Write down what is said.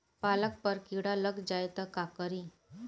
पालक पर कीड़ा लग जाए त का करी?